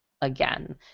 again